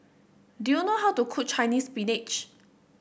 do you know how to cook Chinese Spinach